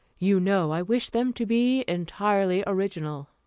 you know i wished them to be entirely original.